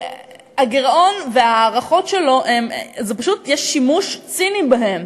הגירעון וההערכות שלו הם, פשוט יש שימוש ציני בהם.